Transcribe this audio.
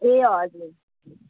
ए हजुर